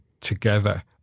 together